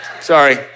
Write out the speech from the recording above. Sorry